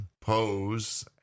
Pose